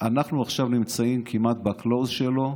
אנחנו עכשיו נמצאים כמעט ב-close שלו,